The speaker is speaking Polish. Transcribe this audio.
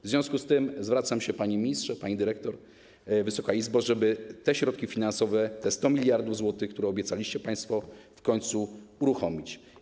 W związku z tym zwracam się, panie ministrze, pani dyrektor, Wysoka Izbo, żeby te środki finansowe, te 100 mld zł, które państwo obiecaliście, w końcu uruchomić.